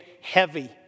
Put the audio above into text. heavy